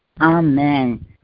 Amen